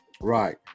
Right